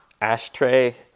Ashtray